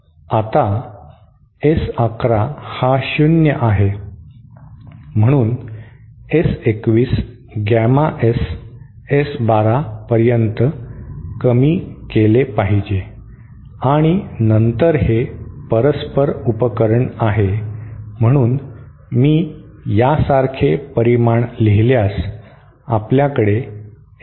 आता S 1 1 हा शून्य आहे म्हणून हे S 2 1 गॅमा S S 1 2 पर्यंत कमी केले पाहिजे आणि नंतर हे परस्पर उपकरण आहे म्हणून मी यासारखे परिमाण लिहिल्यास आपल्याकडे S 2 1 वर्ग आहे